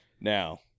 Now